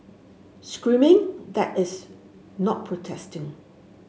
screaming that is not protesting